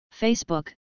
Facebook